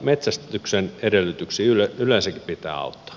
metsästyksen edellytyksiä yleensäkin pitää auttaa